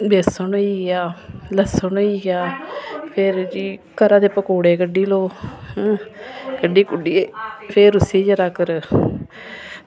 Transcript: बेसन होइया लस्सन होइया फिर की घरा दे पकौड़े कड्ढी लै कड्ढियै फिर उसी करा करो